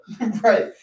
Right